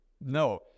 No